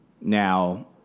Now